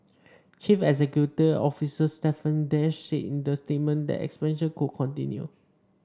chief executive officer Stephen Dash said in the statement that expansion could continue